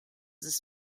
this